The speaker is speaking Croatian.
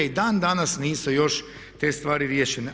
I dan danas nisu još te stvari riješene.